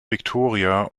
viktoria